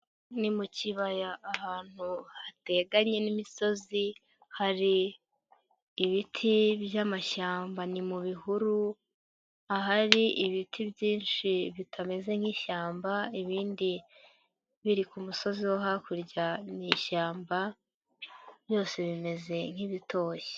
Ni mu kibaya ahantu hateganye n'imisozi, hari ibiti by'amashyamba ni mu bihuru ahari ibiti byinshi bitameze nk'ishyamba ibindi biri ku musozi wo hakurya mu ishyamba byose bimeze nk'ibitoshye.